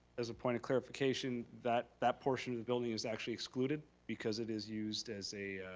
as a point of clarification that that portion of the building is actually excluded because it is used as a,